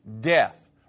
death